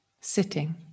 sitting